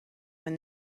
when